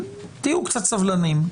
תהיו קצת סבלניים.